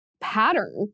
pattern